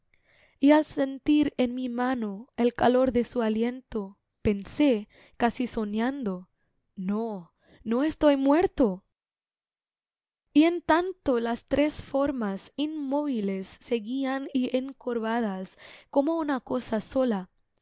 y al sentir en mi mano el calor de su aliento pensé casi soñando no no estoy muerto y en tanto las tres formas inmóviles seguían y encorvadas como una cosa sola